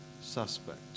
suspect